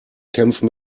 kämpfen